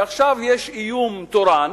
ועכשיו יש איום תורן.